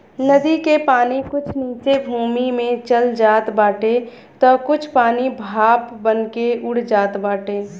नदी के पानी कुछ नीचे भूमि में चल जात बाटे तअ कुछ पानी भाप बनके उड़ जात बाटे